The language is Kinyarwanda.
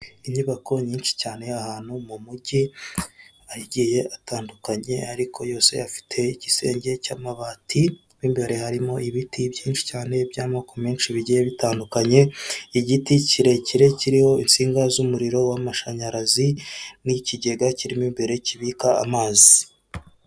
Inyubako nyinshi cyane y'ahanu mu mujyi agiye atandukanye ariko yose afite igisenge cy'amabati imbere harimo ibiti byinshi cyane by'amoko menshi bigiye bitandukanye igiti kirekire kiriho insinga z'umuriro w'amashanyarazi n'ikigega kirimo imbere kibika amazi.